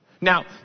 Now